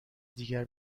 دیگر